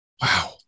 Wow